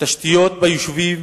התשתיות ביישובים